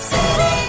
City